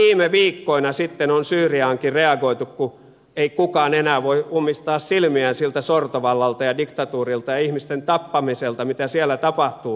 nyt viime viikkoina sitten on syyriaankin reagoitu kun ei kukaan enää voi ummistaa silmiään siltä sortovallalta ja diktatuurilta ja ihmisten tappamiselta mitä siellä tapahtuu